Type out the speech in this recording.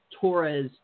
Torres